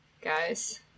guys